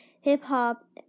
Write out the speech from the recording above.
hip-hop